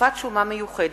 (תקופת שומה מיוחדת),